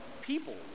people